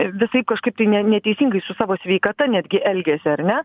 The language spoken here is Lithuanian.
visai kažkaip tai ne neteisingai su savo sveikata netgi elgiasi ar ne